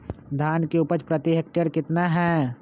धान की उपज प्रति हेक्टेयर कितना है?